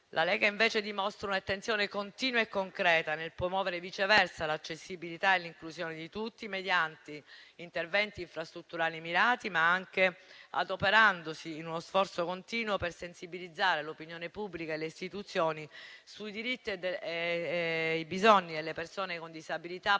La Lega, invece, dimostra un'attenzione continua e concreta nel promuovere l'accessibilità e l'inclusione di tutti mediante interventi infrastrutturali mirati, ma anche adoperandosi in uno sforzo continuo per sensibilizzare l'opinione pubblica e le Istituzioni sui diritti e i bisogni delle persone con disabilità, promuovendo